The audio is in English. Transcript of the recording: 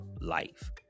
life